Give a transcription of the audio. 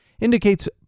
indicates